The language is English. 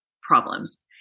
problems